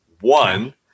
One